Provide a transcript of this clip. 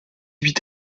huit